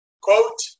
Quote